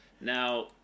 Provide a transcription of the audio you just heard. Now